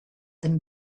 them